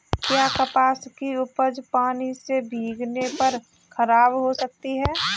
क्या कपास की उपज पानी से भीगने पर खराब हो सकती है?